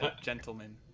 gentlemen